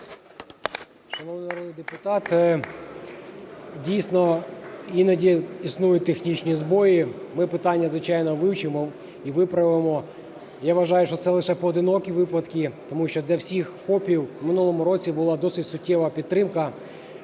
народні депутати, дійсно, іноді існують технічні збої. Ми питання, звичайно, вивчимо і виправимо. Я вважаю, що це лише поодинокі випадки, тому що для всіх ФОПів в минулому році була досить суттєва підтримка,